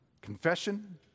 confession